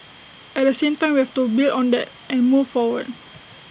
at the same time we have to build on that and move forward